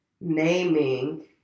naming